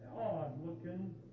odd-looking